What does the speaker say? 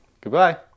Goodbye